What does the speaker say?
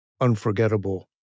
unforgettable